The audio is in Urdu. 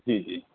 جی جی